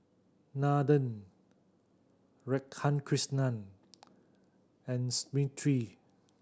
Nathan Radhakrishnan and Smriti